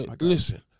listen